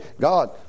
God